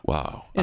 Wow